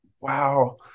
wow